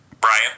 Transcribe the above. Brian